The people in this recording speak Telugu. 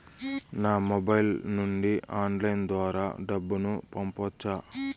నా మొబైల్ నుండి ఆన్లైన్ ద్వారా డబ్బును పంపొచ్చా